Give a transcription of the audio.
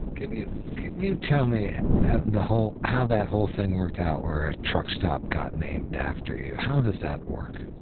can you can you tell me the whole, how that whole thing worked out where a truckstop got named after you? how does that work?